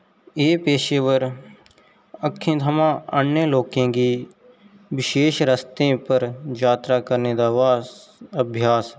एह् पेशेवर अक्खें थमां अन्ने लोकें गी बशेश रस्तें पर जात्तरा करने दा अभ्यास